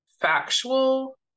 factual